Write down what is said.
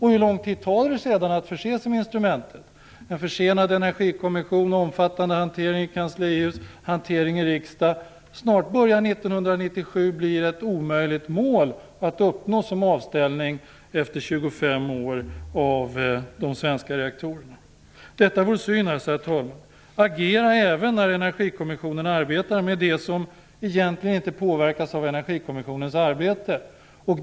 Hur lång tid tar det sedan att förse sig med instrumentet? Energikommissionen blir försenad vi får en omfattande hantering i kanslihuset och riksdagen. Snart börjar 1997 bli ett omöjligt mål att uppnå som avställningstidpunkt för de svenska reaktorerna efter 25 år i drift. Detta vore synd, herr talman. Agera även när Energikommissionen arbetar med det som egentligen inte påverkas av Energikommissionens arbete!